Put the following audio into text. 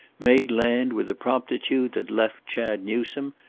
made land with a promptitude that left chad newsome,